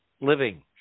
living